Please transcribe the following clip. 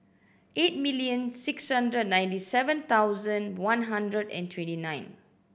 eight million six hundred ninety seven thousand one hundred and twenty nine